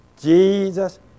Jesus